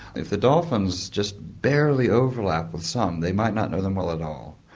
if the dolphins just barely overlap with some, they might not know them well at all.